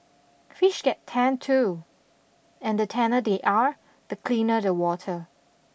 fish get tanned too and the tanner they are the cleaner the water